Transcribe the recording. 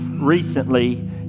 recently